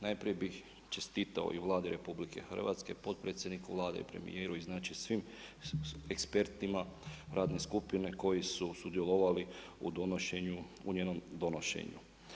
Najprije bih čestitao i Vladi RH, potpredsjedniku Vlade i premijeru i znači svim ekspertima radne skupine koji su sudjelovali u donošenju, u njenom donošenju.